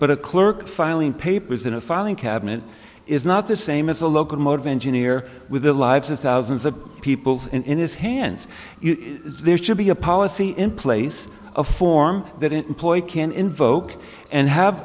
but a clerk filing papers in a filing cabinet is not the same as a locomotive engineer with the lives of thousands of people in his hands there should be a policy in place a form that employee can invoke and have